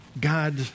God